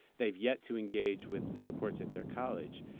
they've yet to engage with supports at their college.